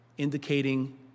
indicating